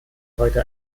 heute